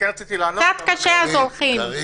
קצת קשה, אז הולכים.